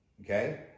Okay